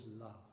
love